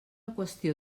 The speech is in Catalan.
qüestió